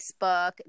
facebook